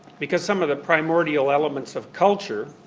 because some of the primordial elements of culture